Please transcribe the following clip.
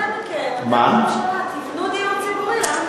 תבנו דיור ציבורי.